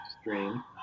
stream